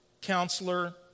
counselor